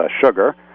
sugar